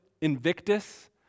Invictus